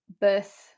birth